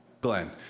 Glenn